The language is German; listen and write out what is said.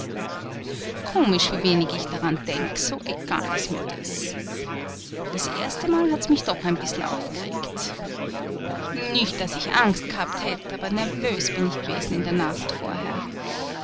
komisch wie wenig ich daran denk so egal ist mir das das erstemal hat's mich doch ein bißl aufgeregt nicht daß ich angst g'habt hätt aber nervos bin ich gewesen in der nacht vorher